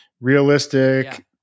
realistic